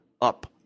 up